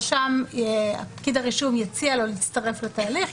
פקיד הרישום יציע לו להצטרף לתהליך,